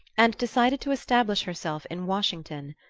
and decided to establish herself in washington.